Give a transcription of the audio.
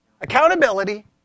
accountability